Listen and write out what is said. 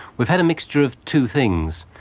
we've had a mixture of two things.